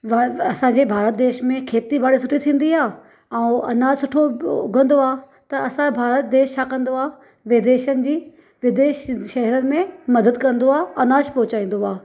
व असांजे भारत देश में खेती बाड़ी सुठी थींदी आहे ऐं अनाज सुठो उगंदो आहे त असांजा भारत देश छा कंदो आहे विदेशनि जी विदेश शहरनि में मदद कंदो आहे अनाज पहुचाईंदो आहे